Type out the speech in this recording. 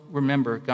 remember